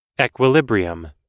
Equilibrium